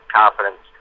confidence